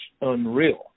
unreal